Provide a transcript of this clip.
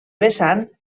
vessant